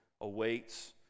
awaits